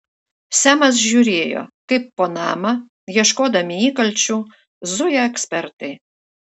semas žiūrėjo kaip po namą ieškodami įkalčių zuja ekspertai